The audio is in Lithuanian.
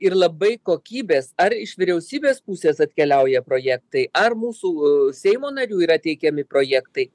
ir labai kokybės ar iš vyriausybės pusės atkeliauja projektai ar mūsų seimo narių yra teikiami projektai